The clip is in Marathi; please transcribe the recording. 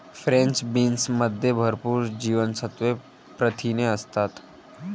फ्रेंच बीन्समध्ये भरपूर जीवनसत्त्वे, प्रथिने असतात